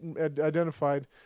identified